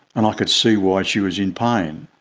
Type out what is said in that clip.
and i could see why she was in pain.